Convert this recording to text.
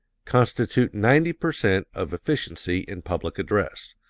constitute ninety per cent of efficiency in public address.